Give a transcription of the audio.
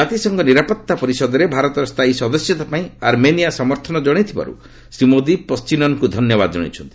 ଜାତିସଂଘ ନିରାପତ୍ତା ପରିଷଦରେ ଭାରତର ସ୍ଥାୟୀ ସଦସ୍ୟତା ପାଇଁ ଆର୍ମେନିଆ ସମର୍ଥନ ଜଣାଇଥିବାରୁ ଶ୍ରୀ ମୋଦି ପଣ୍ଢିନନ୍ଙ୍କୁ ଧନ୍ୟବାଦ ଜଣାଇଛନ୍ତି